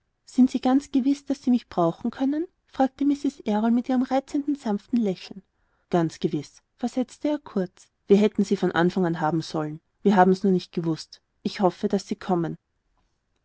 sind sie ganz gewiß daß sie mich brauchen können fragte mrs errol mit ihrem reizenden sanften lächeln ganz gewiß versetzte er kurz wir hätten sie von anfang an haben sollen wir haben's nur nicht gewußt ich hoffe daß sie kommen